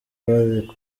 bari